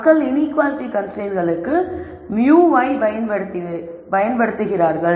மக்கள் இன்ஈக்குவாலிட்டி கன்ஸ்ரைன்ட்ஸ்களுக்கு μ வை பயன்படுத்துகிறார்கள்